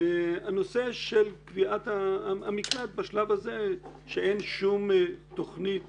הנושא של המקלט בשלב הזה כשאין שום תוכנית